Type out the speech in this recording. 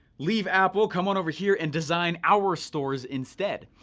leave apple, come on over here and design our stores instead?